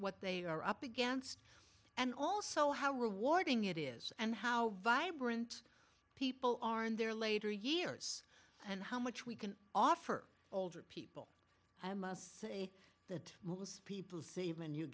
what they are up against and also how rewarding it is and how vibrant people are in their later years and how much we can offer older people i must say that most people see it when you